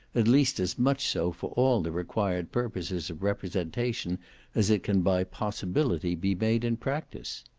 at least as much so for all the required purposes of representation as it can by possibility be made in practice.